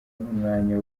n’umwanya